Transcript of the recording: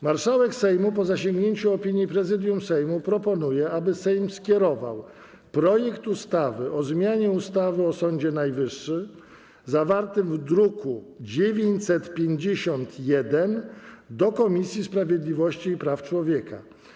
Marszałek Sejmu, po zasięgnięciu opinii Prezydium Sejmu, proponuje, aby Sejm skierował projekt ustawy o zmianie ustawy o Sądzie Najwyższym, zawarty w druku nr 951, do Komisji Sprawiedliwości i Praw Człowieka.